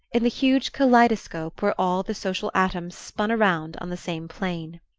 in the huge kaleidoscope where all the social atoms spun around on the same plane?